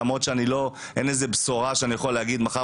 למרות שאין איזו בשורה שאני יכול להגיד שמחר